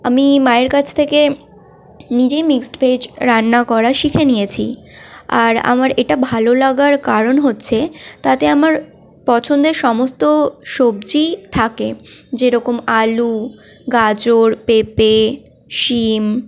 আমি মায়ের কাছ থেকে নিজেই মিক্সড ভেজ রান্না করা শিখে নিয়েছি আর আমার এটা ভালো লাগার কারণ হচ্ছে তাতে আমার পছন্দের সমস্ত সবজিই থাকে যেরকম আলু গাজর পেঁপে শিম